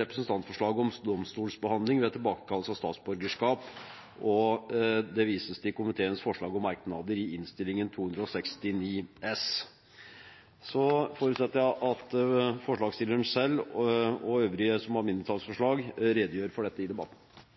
Representantforslag om domstolsbehandling ved tilbakekallelse av statsborgerskap, og det vises til komiteens forslag og merknader i Innst. 269 S for 2016–2017. Jeg forutsetter at forslagsstilleren selv og øvrige som har mindretallsforslag, redegjør for dette i debatten.